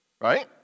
Right